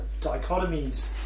dichotomies